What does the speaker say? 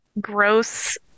gross